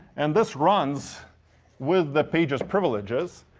and this runs with the pages privileges.